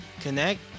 connect